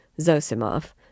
Zosimov